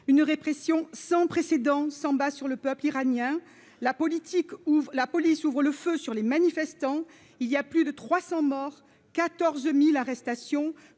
une répression sans précédent samba sur le peuple iranien la politique ou la police ouvrent le feu sur les manifestants, il y a plus de 300 morts, 14000 arrestations,